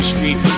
Street